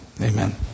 Amen